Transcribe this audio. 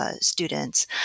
students